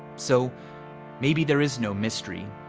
so maybe there is no mystery.